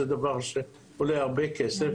זה דבר שעולה הרבה כסף.